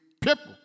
people